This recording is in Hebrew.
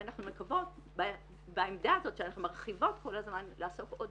ואנחנו מקוות בעמדה הזאת שאנחנו מרחיבות כל הזמן לאסוף עוד